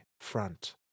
front